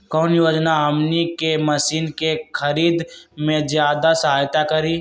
कौन योजना हमनी के मशीन के खरीद में ज्यादा सहायता करी?